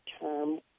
term